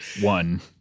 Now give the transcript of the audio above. one